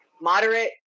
moderate